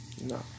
No